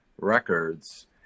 records